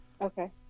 Okay